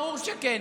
ברור שכן.